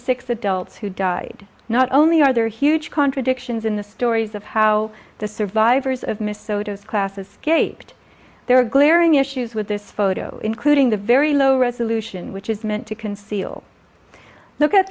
six adults who died not only are there huge contradictions in the stories of how the survivors of miso does classes gaped there are glaring issues with this photo including the very low resolution which is meant to conceal look at